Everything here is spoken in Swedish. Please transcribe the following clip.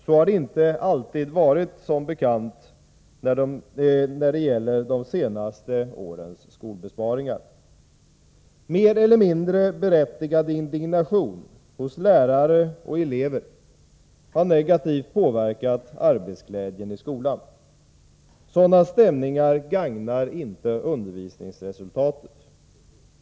Så har det som bekant inte alltid varit hittills när det gäller de senaste årens skolbesparingar. Mer eller mindre berättigad indignation hos lärare och elever har negativt påverkat arbetsglädjen i skolan. Sådana stämningar gagnar inte undervisningsresultatet.